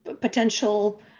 potential